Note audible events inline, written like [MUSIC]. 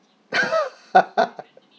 [LAUGHS]